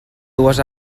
dues